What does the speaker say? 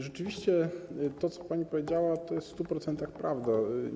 Rzeczywiście to, co pani powiedziała, jest w 100% prawdą.